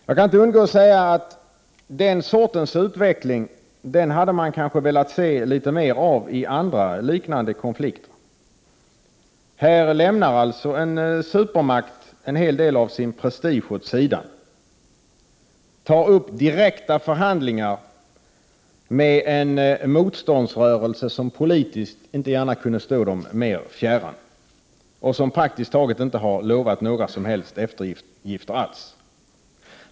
Jag kan inte underlåta att säga att man kanske hade velat se litet mer av den sortens utveckling i andra liknande konflikter. Här lämnar alltså en supermakt en hel del av sin prestige åt sidan, tar upp direkta förhandlingar med en motståndsrörelse som politiskt inte gärna kunde stå supermakten mera fjärran och som praktiskt taget inte har lovat några som helst eftergifter.